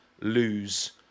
lose